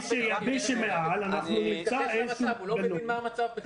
מי שמעל, אנחנו נמצא איזשהו מנגנון.